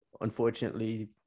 unfortunately